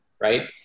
Right